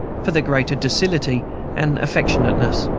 for their greater docility and affectionateness,